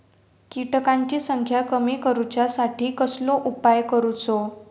किटकांची संख्या कमी करुच्यासाठी कसलो उपाय करूचो?